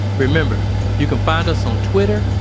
remember you can find us on twitter,